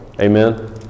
Amen